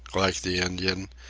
like the indian,